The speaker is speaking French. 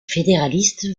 fédéraliste